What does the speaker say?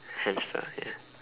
hamster ya